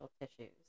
tissues